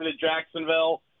Jacksonville